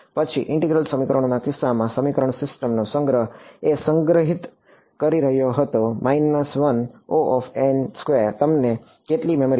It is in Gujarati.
પછી ઈન્ટિગરલ સમીકરણોના કિસ્સામાં સમીકરણોની સિસ્ટમનો સંગ્રહ એ સંગ્રહિત કરી રહ્યો હતો તમને કેટલી મેમરી જોઈએ છે